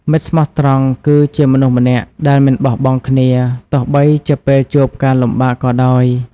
មិត្តស្មោះត្រង់គឺជាមនុស្សម្នាក់ដែលមិនបោះបង់គ្នា ទោះបីជាពេលជួបការលំបាកក៏ដោយ។